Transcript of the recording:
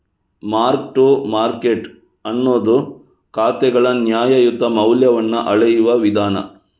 mark to market ಅನ್ನುದು ಖಾತೆಗಳ ನ್ಯಾಯಯುತ ಮೌಲ್ಯವನ್ನ ಅಳೆಯುವ ವಿಧಾನ